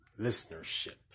listenership